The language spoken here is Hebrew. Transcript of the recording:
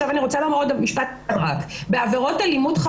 אני בכוונה אז לא אמרתי מילה כי התחושה שלי